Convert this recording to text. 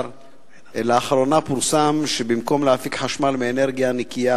לאחרונה פורסם שבמקום להפיק חשמל מאנרגיה נקייה